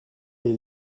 est